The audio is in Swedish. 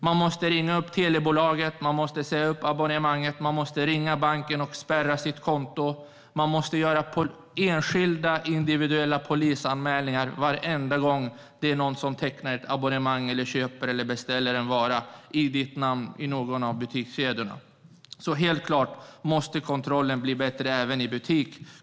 Man måste ringa upp telebolaget, man måste säga upp abonnemanget och man måste ringa banken och spärra sitt konto. Man måste göra enskilda polisanmälningar varenda gång det är någon som tecknar ett abonnemang eller köper eller beställer en vara i ditt namn i någon butikskedja. Helt klart måste kontrollen bli bättre även i butik.